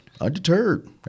undeterred